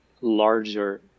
larger